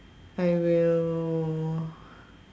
I will